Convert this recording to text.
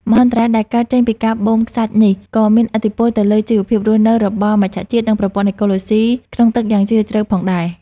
មហន្តរាយដែលកើតចេញពីការបូមខ្សាច់នេះ ក៏មានឥទ្ធិពលទៅលើជីវភាពរស់នៅរបស់មច្ឆជាតិ និងប្រព័ន្ធអេកូឡូស៊ីក្នុងទឹកយ៉ាងជ្រាលជ្រៅផងដែរ។